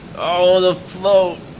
ah the flow